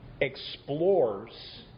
explores